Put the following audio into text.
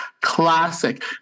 Classic